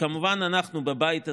כמובן אנחנו בבית הזה,